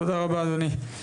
תודה רבה אדוני.